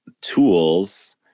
tools